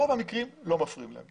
ברוב המקרים לא מפריעים להם.